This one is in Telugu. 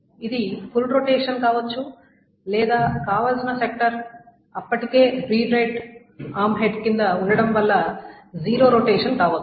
ఇది ఫుల్ రొటేషన్ కావచ్చు లేదా కావలసిన సెక్టార్ ఇప్పటికే రీడ్ రైట్ ఆర్మ్ హెడ్ కింద ఉండటం వల్ల జీరో రొటేషన్ కావచ్చు